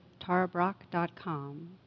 tarabrock.com